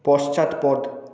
পশ্চাৎপদ